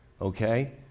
Okay